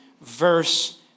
verse